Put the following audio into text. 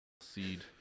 seed